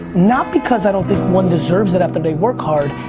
not because i don't think one deserves it after they work hard,